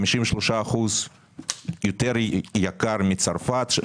53% יותר יקר מצרפת,